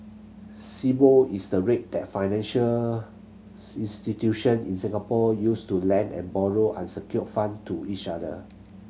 Sibor is the rate that financials institution in Singapore use to lend and borrow unsecured fund to each other